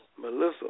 Melissa